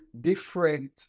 different